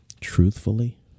truthfully